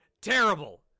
terrible